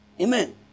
Amen